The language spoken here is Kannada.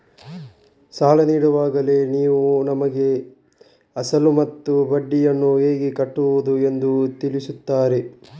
ಸಾಲ ನೀಡುವಾಗಲೇ ನೀವು ನಮಗೆ ಅಸಲು ಮತ್ತು ಬಡ್ಡಿಯನ್ನು ಹೇಗೆ ಕಟ್ಟುವುದು ಎಂದು ತಿಳಿಸುತ್ತೀರಾ?